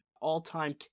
all-time